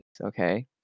okay